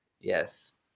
yes